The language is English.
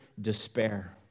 despair